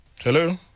hello